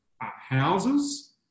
houses